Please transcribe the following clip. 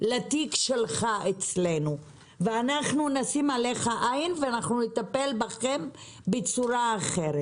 לתיק שלך אצלנו ואנחנו נשים עליך עין ואנחנו נטפל בכם בצורה אחרת.